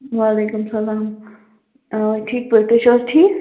وعلیکُم سلام اَوے ٹھیٖک پٲٹھۍ تُہۍ چھِو حظ ٹھیٖک